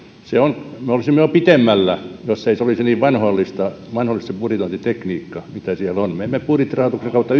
me olisimme jo pitemmällä jos ei olisi niin vanhoillista se budjetointitekniikka mitä siellä on me emme yksin budjettirahoituksen kautta